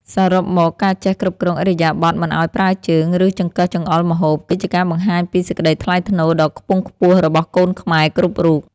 សរុបមកការចេះគ្រប់គ្រងឥរិយាបថមិនឱ្យប្រើជើង ឬចង្កឹះចង្អុលម្ហូបគឺជាការបង្ហាញពីសេចក្តីថ្លៃថ្នូរដ៏ខ្ពង់ខ្ពស់របស់កូនខ្មែរគ្រប់រូប។